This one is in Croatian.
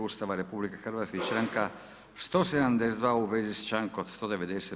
Ustava RH i članka 172. u vezi s člankom 190.